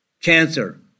cancer